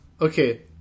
Okay